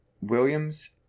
Williams